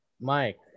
Mike